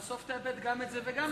ובסוף תאבד גם את זה וגם את זה.